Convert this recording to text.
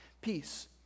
peace